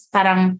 Parang